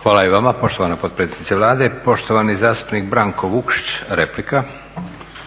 **Leko, Josip (SDP)** Hvala i vama poštovana potpredsjednice Vlade. Poštovani zastupnik Branko Vukšić, replika.